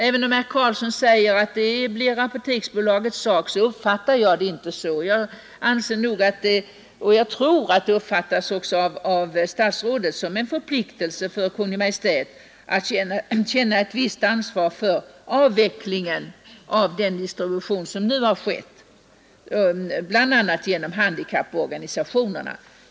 Även om herr Karlsson i Huskvarna säger, att det blir Apoteksbolagets sak, uppfattar jag det inte så. Jag tror, att det av statsrådet uppfattas som en förpliktelse för Kungl. Maj:t att känna ett visst ansvar för avvecklingen av den distribution som nu har skett bl.a. genom handikapporganisationerna.